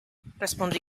respondí